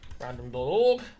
random.org